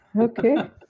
Okay